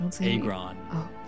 Agron